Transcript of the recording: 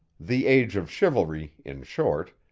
the age of chivalry, in short,